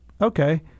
okay